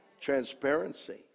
transparency